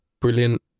brilliant